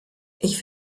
ich